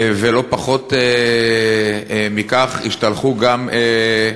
ולא פחות מכך, השתלחו גם,